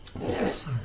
Yes